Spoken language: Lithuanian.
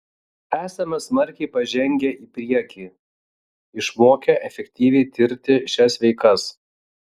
esame smarkiai pažengę į priekį išmokę efektyviai tirti šias veikas